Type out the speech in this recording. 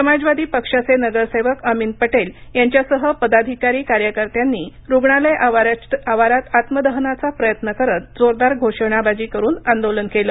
समाजवादी पक्षाचे नगरसेवक अमीन पटेल यांच्यासह पदाधिकारी कार्यकर्त्यांनी रुग्णालय आवारात आत्मदहनाचा प्रयत्न करीत जोरदार घोषणाबाजी करुन आंदोलन केलं